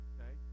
Okay